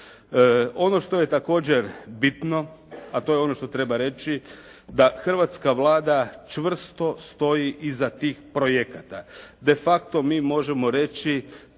Ono što je također bitno a to je ono što treba reći da hrvatska Vlada čvrsto stoji iza tih projekata. De facto mi možemo reći